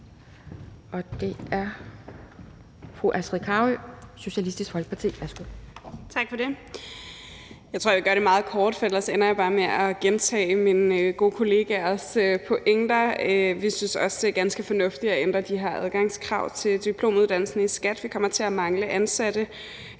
(Ordfører) Astrid Carøe (SF): Tak for det. Jeg tror, at jeg vil gøre det meget kort, for ellers ender jeg bare med at gentage mine gode kollegaers pointer. Vi synes også, det er ganske fornuftigt at ændre de her adgangskrav til diplomuddannelsen i skat. Vi kommer til at mangle ansatte